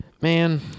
Man